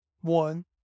one